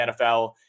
NFL